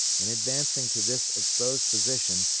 in advancing to this exposed position,